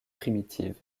primitive